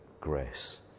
grace